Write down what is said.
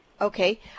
Okay